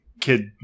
kid